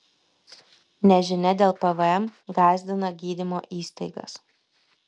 nežinia dėl pvm gąsdina gydymo įstaigas